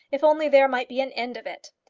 if only there might be an end of it.